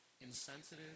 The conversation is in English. insensitive